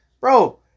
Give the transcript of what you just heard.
bro